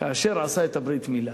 כאשר עשה את הברית-מילה.